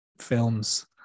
films